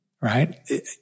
right